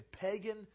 pagan